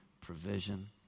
provision